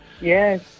Yes